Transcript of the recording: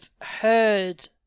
heard